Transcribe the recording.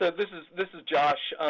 this is this is josh.